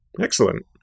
Excellent